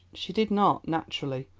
she did not, naturally,